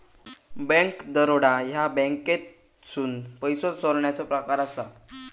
bank दरोडा ह्या बँकेतसून पैसो चोरण्याचो प्रकार असा